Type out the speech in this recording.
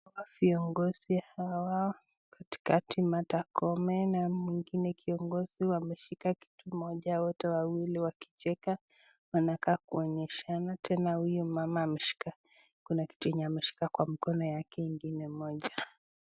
Hawa vinongozi hawa katikati Martha Koome na mwingine kiongozi wameshika kitu moja wote wawili wakicheka, Wanakaa kuonyeshana tena huyo mama ameshika kuna kitu ameshika kwa mkono yake ingine moja.